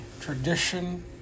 tradition